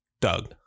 Doug